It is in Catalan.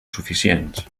suficients